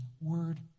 word